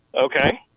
Okay